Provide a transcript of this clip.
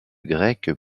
grec